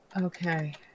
okay